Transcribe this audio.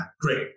Great